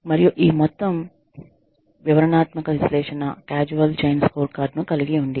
మరియు ఈ మొత్తం వివరణాత్మక విశ్లేషణ క్యాజువల్ చైన్ స్కోర్కార్డ్ ను కలిగి ఉంది